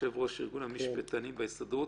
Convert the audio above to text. יושב-ראש ארגון המשפטנים בהסתדרות.